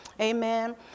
Amen